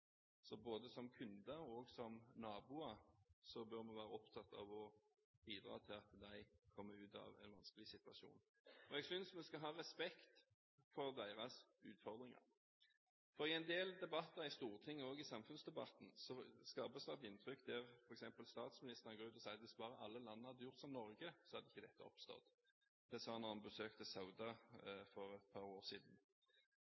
så både som kunde og som naboer bør vi være opptatt av å bidra til at de kommer ut av en vanskelig situasjon. Jeg synes vi skal ha respekt for deres utfordringer. I en del debatter i Stortinget og i samfunnsdebatten skapes det et inntrykk når f.eks. statsministeren går ut og sier: Hvis alle land hadde gjort som Norge, hadde ikke dette oppstått. Det sa han da han besøkte Sauda